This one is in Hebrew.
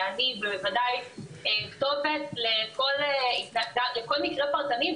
אני ובוודאי כתובת לכל מקרה פרטני,